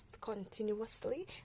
continuously